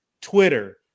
Twitter